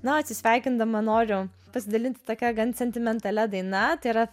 na o atsisveikindama noriu pasidalinti tokia gan sentimentalia daina tai yra